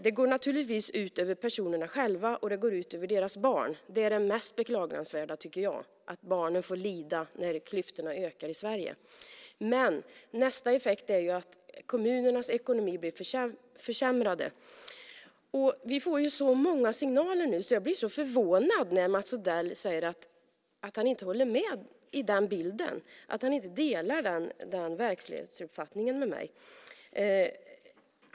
Det går naturligtvis ut över personerna själva, och det går ut över deras barn. Det är det mest beklagansvärda, tycker jag: att barnen får lida när klyftorna ökar i Sverige. Nästa effekt är att kommunernas ekonomi blir försämrad. Vi får många signaler nu, så jag blir förvånad när Mats Odell säger att han inte håller med om den bilden och att han inte delar den verklighetsuppfattningen med mig.